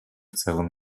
целом